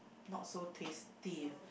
not so tasty ya